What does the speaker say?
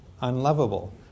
unlovable